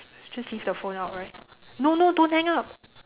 let's just leave the phone out right no no don't hang up